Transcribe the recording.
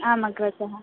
आम् अग्रज